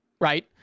right